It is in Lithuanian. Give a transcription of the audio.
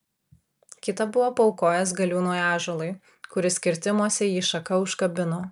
kitą buvo paaukojęs galiūnui ąžuolui kuris kirtimuose jį šaka užkabino